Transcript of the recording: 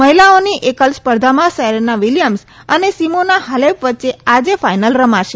મહિલાઓની એકલ સ્પર્ધામાં સેરેના વિલીયમ્સ અને સીમોના હાલેપ વચ્ચે આજે ફાઈનલ રમાશે